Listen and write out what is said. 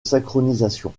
synchronisation